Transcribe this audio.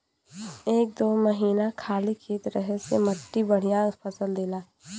एक दू महीना खाली खेत रहे से मट्टी बढ़िया फसल देला